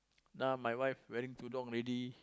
now my wife wearing tudung already